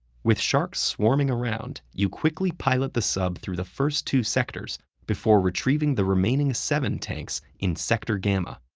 with sharks swarming around, you quickly pilot the sub through the first two sectors before retrieving the remaining seven tanks in sector gamma.